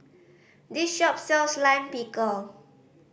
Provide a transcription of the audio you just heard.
this shop sells Lime Pickle